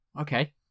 Okay